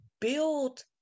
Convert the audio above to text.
build